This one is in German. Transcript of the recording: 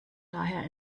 daher